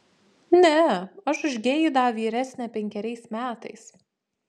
ne aš už geidą vyresnė penkeriais metais